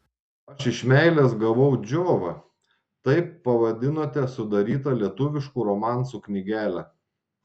aš iš meilės gavau džiovą taip pavadinote sudarytą lietuviškų romansų knygelę